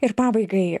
ir pabaigai